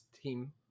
team